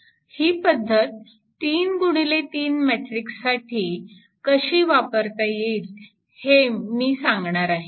ही पद्धत तीन गुणिले तीन मॅट्रिक्स साठी ही पद्धत कशी वापरता येईल ते मी सांगणार आहे